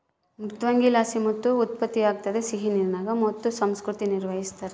ಮೃದ್ವಂಗಿಲಾಸಿ ಮುತ್ತು ಉತ್ಪತ್ತಿಯಾಗ್ತದ ಸಿಹಿನೀರಿನಾಗ ಮುತ್ತು ಸಂಸ್ಕೃತಿ ನಿರ್ವಹಿಸ್ತಾರ